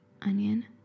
Onion